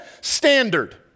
standard